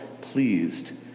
pleased